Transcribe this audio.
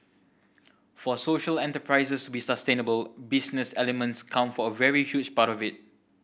for social enterprises to be sustainable business elements count for a very huge part of it